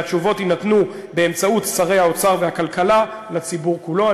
והתשובות יינתנו באמצעות שר האוצר ושר הכלכלה לציבור כולו.